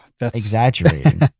exaggerating